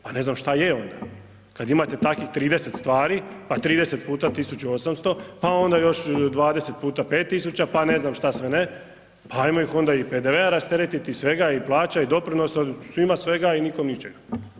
Pa ne znam šta je onda kada imate takvih 30 stvari pa 30 puta 1800 pa onda još 20 puta 5000 pa ne znam šta sve ne, pa ajmo ih onda i PDV-a rasteretiti i svega i plaća doprinosa i svima svega i nikom ničega.